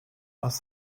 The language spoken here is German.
aus